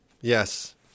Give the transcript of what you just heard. yes